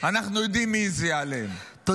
אנחנו יודעים מי הזיע עליהן.